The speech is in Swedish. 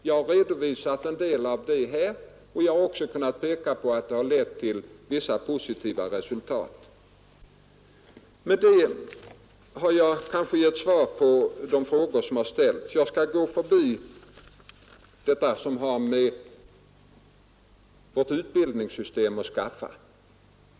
Jag har här redovisat en del av dessa, och jag har även kunnat peka på att de har lett till vissa positiva resultat. Med detta har jag kanske givit svar på de frågor som ställts. Det som har med vårt utbildningssystem att skaffa skall jag gå förbi.